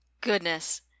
Goodness